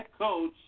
coach